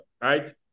Right